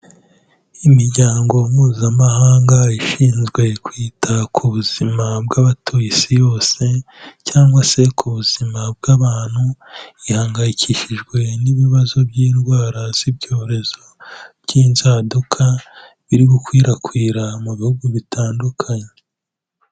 Imiryango mpuzamahanga ishinzwe kwita ku buzima bw'abatuye isi bose cyangwa se ku buzima bw'abantu ihangayikishijwe n'ibibazo by'indwara z'ibyorezo by'inzaduka biri gukwirakwira mu bihugu bitandukanye.